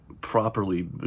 properly